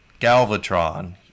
Galvatron